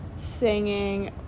singing